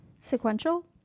sequential